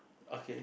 okay